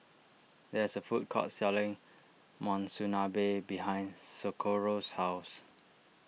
there is a food court selling Monsunabe behind Socorro's house